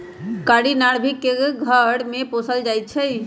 कारी नार्भिक के घर में पोशाल जाइ छइ